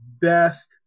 best